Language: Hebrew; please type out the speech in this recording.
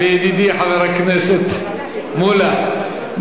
ידידי חבר הכנסת מולה,